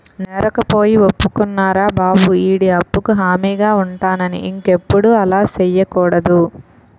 నేరకపోయి ఒప్పుకున్నారా బాబు ఈడి అప్పుకు హామీగా ఉంటానని ఇంకెప్పుడు అలా సెయ్యకూడదు